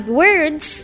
words